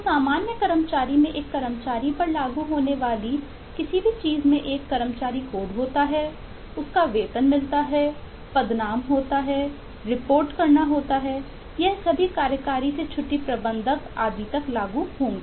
तो सामान्य कर्मचारी में एक कर्मचारी पर लागू होने वाली किसी भी चीज में एक कर्मचारी कोड होता है उसका वेतन मिलता है पदनाम होता है रिपोर्ट करना होता है यह सभी कार्यकारी से छुट्टी प्रबंधक आदि तक लागू होगी